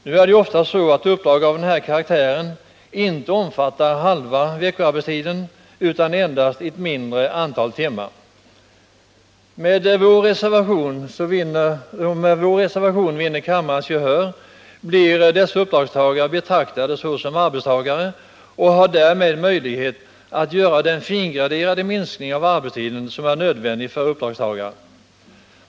Nu är det ju oftast så att uppdrag av den här karaktären inte omfattar halva veckoarbetstiden utan endast ett mindre antal timmar. Om vår reservation vinner kammarens gehör, blir dessa uppdragstagare betraktade som arbetstagare och får därmed möjlighet att göra den fingraderade minskning av arbetstiden som är nödvändig för uppdragstagare.